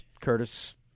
Curtis